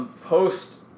Post-